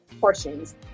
portions